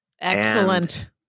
Excellent